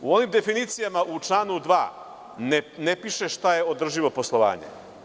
U ovim definicijama u članu 2. ne piše šta je održivo poslovanje.